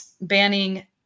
banning